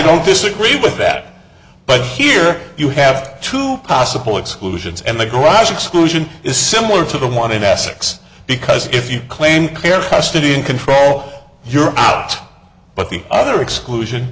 don't disagree with that but here you have two possible exclusions and the garage exclusion is similar to the one in essex because if you claim care custody and control your out but the other exclusion